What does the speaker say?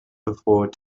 before